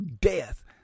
death